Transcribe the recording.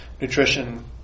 nutrition